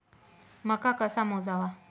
मका कसा मोजावा?